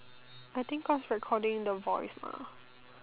I think cause recording the voice lah